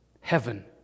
Heaven